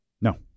No